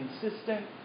consistent